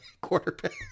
quarterback